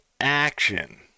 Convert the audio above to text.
action